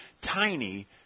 tiny